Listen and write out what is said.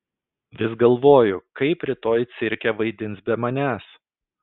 vis galvoju kaip rytoj cirke vaidins be manęs